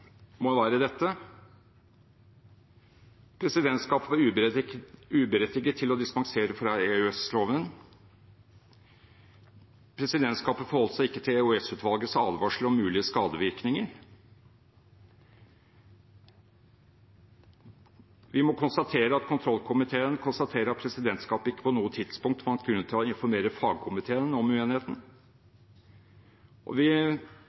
må være dette: Presidentskapet var uberettiget til å dispensere fra EOS-loven. Presidentskapet forholdt seg ikke til EOS-utvalgets advarsler om mulige skadevirkninger. Vi må konstatere at kontrollkomiteen konstaterer at presidentskapet ikke på noe tidspunkt fant grunn til å informere fagkomiteen om uenigheten. Vi